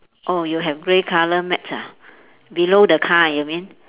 oh you have grey colour mat ah below the car you mean